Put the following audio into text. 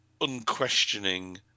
unquestioning